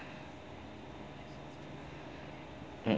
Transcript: mm